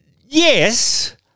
yes